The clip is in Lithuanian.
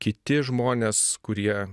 kiti žmonės kurie